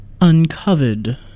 uncovered